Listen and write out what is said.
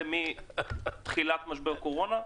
זה מתחילת משבר קורונה,